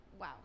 wow